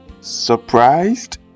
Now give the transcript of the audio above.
Surprised